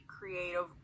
creative